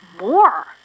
more